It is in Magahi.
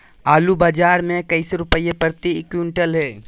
आलू बाजार मे कैसे रुपए प्रति क्विंटल है?